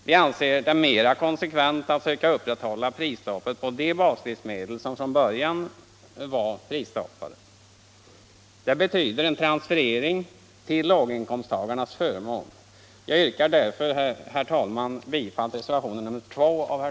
Vi anser det mera konsekvent att söka upprätthålla prisstoppet på de baslivsmedel som från början har varit prisstoppade. Reglering av priserna på jordbruksproduk Det betyder en transferering till låginkomsttagarnas förmån. Jag yrkar